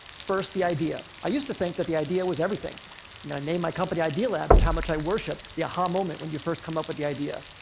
first, the idea. i used to think that the idea was everything. and i named my company idealab for and how much i worship the aha! moment when you first come up with the idea.